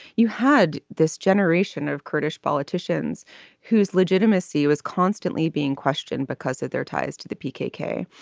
you had this generation of kurdish politicians whose legitimacy was constantly being questioned because of their ties to the peak ak.